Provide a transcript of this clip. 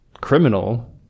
criminal